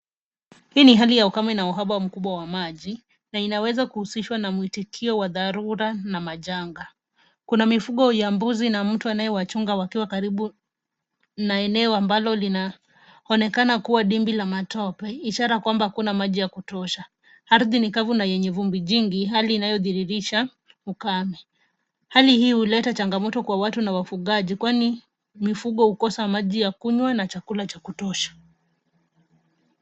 "Hii ni hali ya ukame na uhaba mkubwa wa maji, na inaweza kuhusishwa na muhitikio wa dharura na majanga. Kuna mifugo ya mbuzi na mtu anayewachunga wakiwa karibu na eneo ambalo linaloonekana kama dimbwi la matope ishara kwamba hakuna maji ya kutosha. Ardhi ni kavu na yenye jivu jingi, hali inayoashiria ukame. Hali hii huleta changamoto kwa watu na wafugaji, kwani mifugo hukosa maji ya kunywa na chakula cha kutosha.